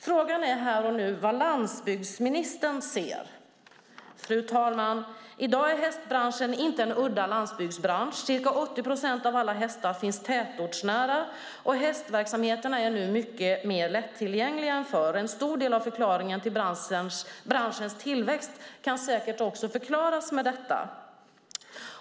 Frågan är vad landsbygdsministern ser. Fru talman! I dag är hästbranschen inte en udda landsbygdsbransch. Cirka 80 procent av alla hästar finns tätortsnära. Hästverksamheterna är nu mycket mer lättillgängliga än förr. Branschens tillväxt kan säkert till stor del förklaras med detta.